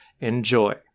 enjoy